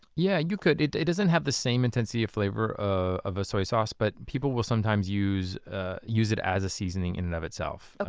yeah you could. it it doesn't have the same intensity or flavor ah of a soy sauce, but people will sometimes use ah use it as a seasoning in and of itself.